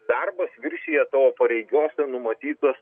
darbas viršija tavo pareigose numatytas